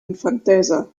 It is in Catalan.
infantesa